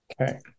Okay